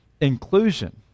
inclusion